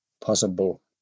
possible